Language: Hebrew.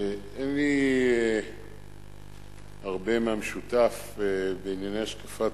אין לי הרבה מהמשותף בענייני השקפת